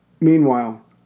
Meanwhile